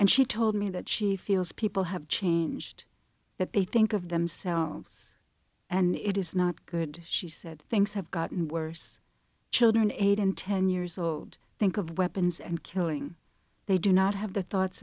and she told me that she feels people have changed that they think of themselves and it is not good she said things have gotten worse children eight and ten years old think of weapons and killing they do not have the thoughts